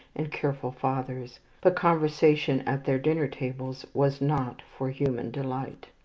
and careful fathers but conversation at their dinner-tables was not for human delight.